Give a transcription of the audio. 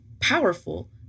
powerful